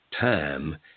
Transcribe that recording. time